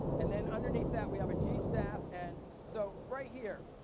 and then, underneath that, we have a g staff. and so, right here,